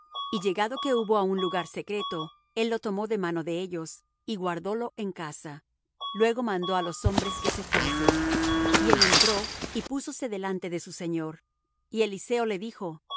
y llegado que hubo á un lugar secreto él lo tomó de mano de ellos y guardólo en casa luego mandó á los hombres que se fuesen y él entró y púsose delante de su señor y eliseo le dijo